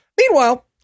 Meanwhile